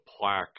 plaque